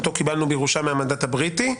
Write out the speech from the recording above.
שאותו קיבלנו בירושה מהמנדט הבריטי,